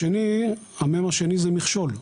השני - זה מכשול.